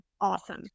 awesome